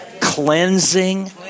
cleansing